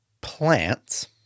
plants